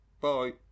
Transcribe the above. Bye